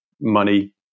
money